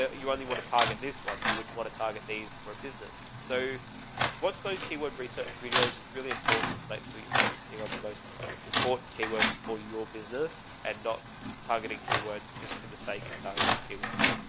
ah you only want to target this one. you wouldn't want to target these for a business. so what's those keyword research videos. that's really important to make sure you're focusing on the most important keywords for your business and not targeting keywords just for the sake of targeting keywords.